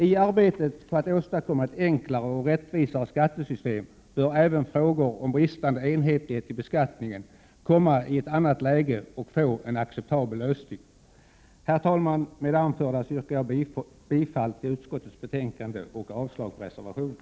I arbetet på att åstadkomma ett enklare och rättvisare skattesystem bör även frågor om bristande enhetlighet i beskattningen komma i ett annat läge och få en acceptabel lösning. Herr talman! Med det anförda yrkar jag bifall till utskottets hemställan och avslag på reservationen.